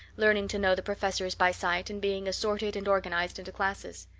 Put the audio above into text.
learning to know the professors by sight and being assorted and organized into classes.